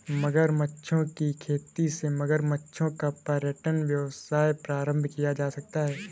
मगरमच्छों की खेती से मगरमच्छों का पर्यटन व्यवसाय प्रारंभ किया जा सकता है